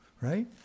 right